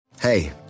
Hey